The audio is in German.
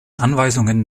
anweisungen